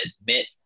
admit